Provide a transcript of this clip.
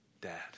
Dad